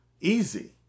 easy